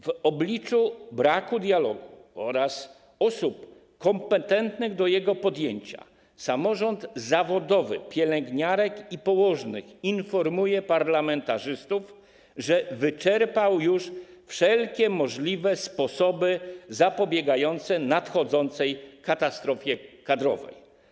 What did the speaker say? W obliczu braku dialogu oraz osób kompetentnych do jego podjęcia samorząd zawodowy pielęgniarek i położnych informuje parlamentarzystów, że wyczerpał już wszelkie możliwe sposoby zapobiegające nadchodzącej katastrofie kadrowej.